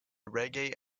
reggae